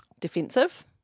defensive